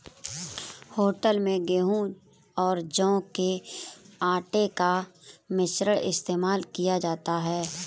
hotel में गेहूं और जौ के आटे का मिश्रण इस्तेमाल किया जाता है